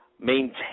maintain